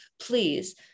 please